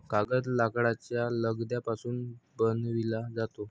कागद लाकडाच्या लगद्यापासून बनविला जातो